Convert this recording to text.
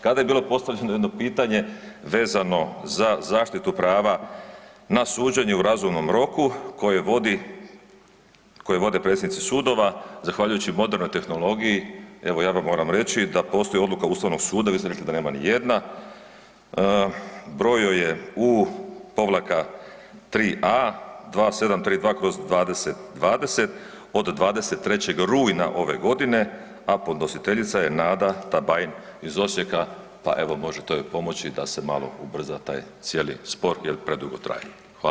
Kada je bilo postavljeno jedno pitanje vezano za zaštitu prava na suđenje u razumnom roku koje vodi, koje vode predsjednici sudova zahvaljujući modernoj tehnologiji evo ja vam moram reći da postoji odluka Ustavnog suda, vi ste rekli da nema ni jedna, broj joj je U-3A2732/2020 od 23. rujna ove godine, a podnositeljica je Nada Tabajin iz Osijeka pa evo može to i pomoći da se malo to ubrza taj cijeli spor jer predugo traje.